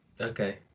Okay